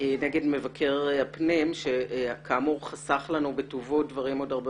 נגד מבקר הפנים שכאמור חסך לנו בטובו דברים עוד הרבה